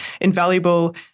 invaluable